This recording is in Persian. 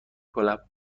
کنم